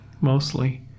mostly